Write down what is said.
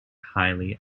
highly